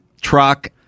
truck